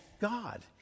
God